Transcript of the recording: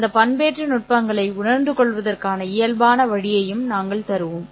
அந்த பண்பேற்ற நுட்பங்களை உணர்ந்து கொள்வதற்கான இயல்பான வழியையும் நாங்கள் தருவோம்